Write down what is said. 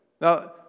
Now